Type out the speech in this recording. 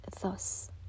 thus